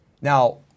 Now